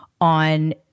on